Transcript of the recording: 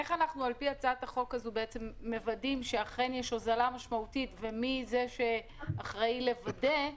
איך אנחנו מוודאים שאכן יש הוזלה משמעותית ומי זה שאחראי לוודא?